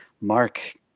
Mark